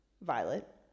Violet